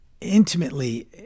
intimately